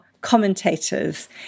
commentators